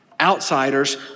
outsiders